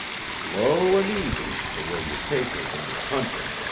slow and easy's the way you take her when you're hunting.